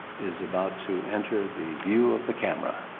is about to enter the view of the camera.